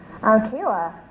Kayla